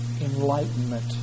enlightenment